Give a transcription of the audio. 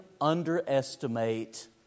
underestimate